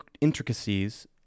intricacies